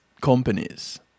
companies